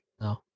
No